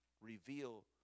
reveal